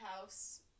house